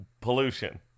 pollution